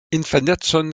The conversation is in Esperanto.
infanecon